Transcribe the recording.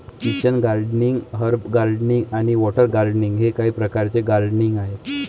kitchen gardening, herb gardening आणि water gardening हे काही प्रकारचे गार्डनिंग आहेत